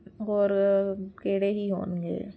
ਔਰ ਕਿਹੜੇ ਹੀ ਹੋਣਗੇ